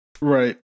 Right